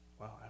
Wow